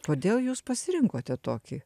kodėl jūs pasirinkote tokį